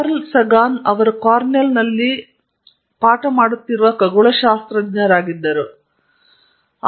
Karl Sagan ಅವರು ಕಾರ್ನೆಲ್ನಲ್ಲಿ ಕಲಿಸಿದ ಖಗೋಳಶಾಸ್ತ್ರಜ್ಞರಾಗಿದ್ದರು ಅವರು ಸುಮಾರು 10 ವರ್ಷಗಳ ಹಿಂದೆ ನಿಧನರಾದರು